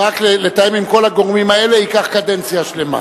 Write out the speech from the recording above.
רק לתאם עם כל הגורמים האלה ייקח קדנציה שלמה.